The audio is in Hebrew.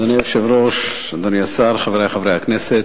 אדוני היושב-ראש, אדוני השר, חברי חברי הכנסת,